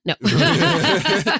No